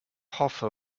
hoffe